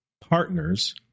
partners